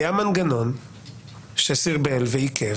היה מנגנון שסרבל ועיכב,